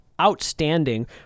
outstanding